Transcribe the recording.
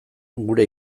gure